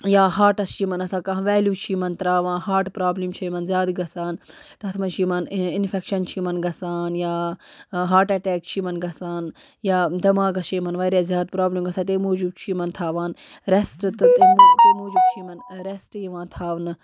یا ہاٹس چھِ یِمَن آسان کانہہ ویٚلیو چھِ یِمَن تراوان ہاٹہٕ پرابلم چھےٚ یِمَن زیادٕ گَژھان تَتھ مَنز چھُ یِمَن اِنفٮ۪کشَن چھُ یِمَن گَژھان یا ہاٹ اَٹیٚک چھُ یِمَن گَژھان یا دٮ۪ماغس چھِ یِمَن واریاہ زیادٕ پرابلم گَژھان تَمہِ موٗجوٗب چھِ یِمَن تھاوان رٮ۪سٹ تہٕ تمہِ موٗجوٗب چھِ یِمَن رٮ۪سٹ یِوان تھاونہٕ